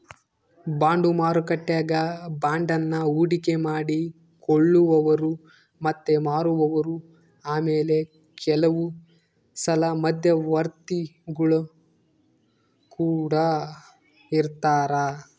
bond ಮಾರುಕಟ್ಟೆಗ ಬಾಂಡನ್ನ ಹೂಡಿಕೆ ಮಾಡಿ ಕೊಳ್ಳುವವರು ಮತ್ತೆ ಮಾರುವವರು ಆಮೇಲೆ ಕೆಲವುಸಲ ಮಧ್ಯವರ್ತಿಗುಳು ಕೊಡ ಇರರ್ತರಾ